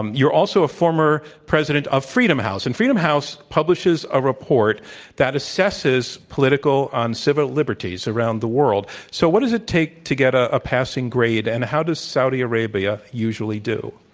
um you're also a former president of freedom house. and freedom house publishes a report that assesses political and civil liberties around the world. so what does it take to get ah a passing grade? and how does saudi arabia usually do?